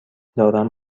دارم